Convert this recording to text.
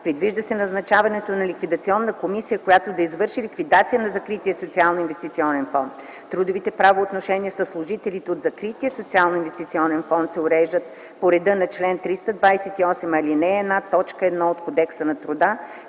Предвижда се назначаване на ликвидационна комисия, която да извърши ликвидация на закрития Социалноинвестиционен фонд. Трудовите правоотношения със служителите от закрития Социалноинвестиционен фонд се уреждат по реда на чл. 328, ал. 1, т. 1 от Кодекса на труда